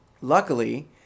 luckily